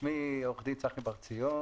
אני עורך דין צחי בר ציון,